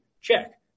Check